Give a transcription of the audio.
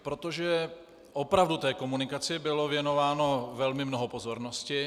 Protože opravdu té komunikaci bylo věnováno velmi mnoho pozornosti.